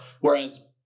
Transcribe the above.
Whereas